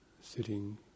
Sitting